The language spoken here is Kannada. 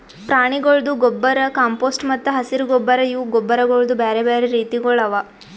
ಪ್ರಾಣಿಗೊಳ್ದು ಗೊಬ್ಬರ್, ಕಾಂಪೋಸ್ಟ್ ಮತ್ತ ಹಸಿರು ಗೊಬ್ಬರ್ ಇವು ಗೊಬ್ಬರಗೊಳ್ದು ಬ್ಯಾರೆ ಬ್ಯಾರೆ ರೀತಿಗೊಳ್ ಅವಾ